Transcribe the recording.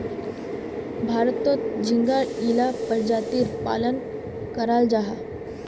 भारतोत झिंगार इला परजातीर पालन कराल जाहा